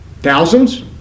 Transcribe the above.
Thousands